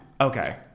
Okay